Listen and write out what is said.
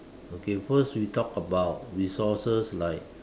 okay first we talk about resources like